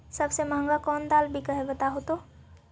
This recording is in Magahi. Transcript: सबसे महंगा कोन दाल बिक है बताहु तो?